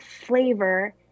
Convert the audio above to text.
flavor